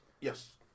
Yes